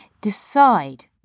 Decide